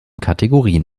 kategorien